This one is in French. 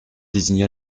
désigna